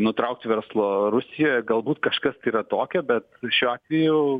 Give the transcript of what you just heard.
nutraukt verslo rusijoj galbūt kažkas yra tokio bet šiuo atveju